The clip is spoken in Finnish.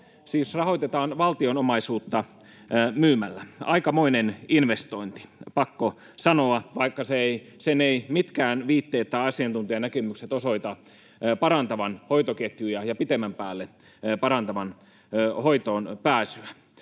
rahoitetaan valtion omaisuutta myymällä. Aikamoinen investointi, pakko sanoa, kun sen eivät mitkään viitteet tai asiantuntijanäkemykset osoita parantavan hoitoketjuja ja pitemmän päälle parantavan hoitoonpääsyä.